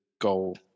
goal